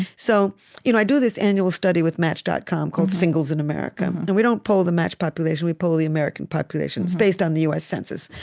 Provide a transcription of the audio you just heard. so you know i do this annual study with match dot com, called singles in america, and we don't poll the match population. we poll the american population. it's based on the u s. census.